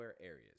areas